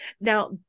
Now